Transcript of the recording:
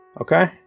Okay